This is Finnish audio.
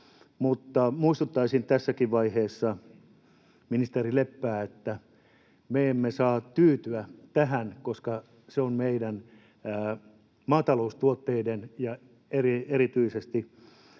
Muistuttaisin tässäkin vaiheessa ministeri Leppää, että me emme saa tyytyä tähän, koska se on meidän maataloustuotteiden ja erityisesti eläinten